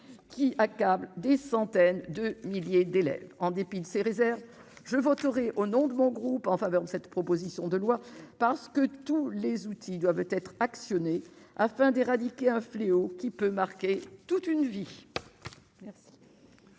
qui accable des centaines de milliers d'élèves en dépit de ses réserves, je voterai au nom de mon groupe en faveur de cette proposition de loi parce que tous les outils doivent être actionnés afin d'éradiquer un fléau qui peut marquer toute une vie.